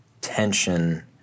tension